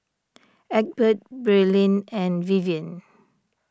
Egbert Braelyn and Vivian